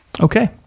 Okay